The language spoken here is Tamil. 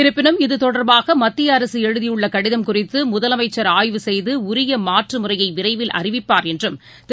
இருப்பினும் இது தொடர்பாக மத்திய அரசு எழுதியுள்ள கடிதம் குறித்து முதலமைச்சர் ஆய்வு செய்து உரிய மாற்று முறையை விரைவில் அறிவிப்பார் என்றும் திரு